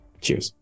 cheers